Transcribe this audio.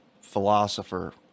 philosopher